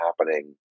happening